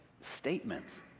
statements